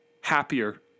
happier